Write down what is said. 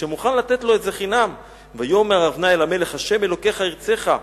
שמוכן לתת לו את זה חינם: ויאמר ארוונה אל המלך ה' אלוקיך ירצך.